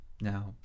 now